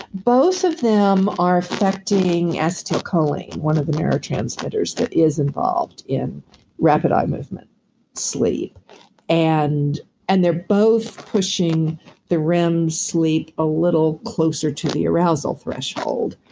both of them are affecting acetylcholine, one of the neurotransmitters that is involved in rapid eye movement sleep and and they're both pushing the rem sleep a little closer to the arousal threshold,